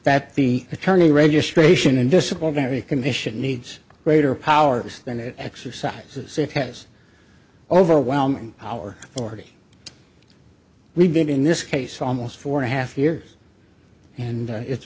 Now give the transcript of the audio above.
that the attorney registration and disciplinary commission needs greater powers than it exercises it has overwhelming power already we've been in this case almost for a half years and it's